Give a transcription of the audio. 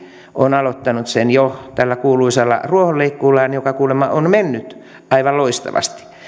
on aloittanut sen jo tällä kuuluisalla ruohonleikkuullaan joka kuulemma on mennyt aivan loistavasti